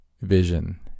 vision